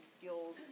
skills